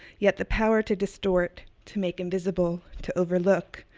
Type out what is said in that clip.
yet the power to distort, to make invisible, to overlook,